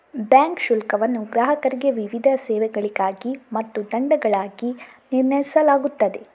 bank ಶುಲ್ಕವನ್ನು ಗ್ರಾಹಕರಿಗೆ ವಿವಿಧ ಸೇವೆಗಳಿಗಾಗಿ ಮತ್ತು ದಂಡಗಳಾಗಿ ನಿರ್ಣಯಿಸಲಾಗುತ್ತದೆ